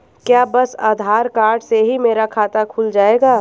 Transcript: क्या बस आधार कार्ड से ही मेरा खाता खुल जाएगा?